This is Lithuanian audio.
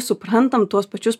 suprantam tuos pačius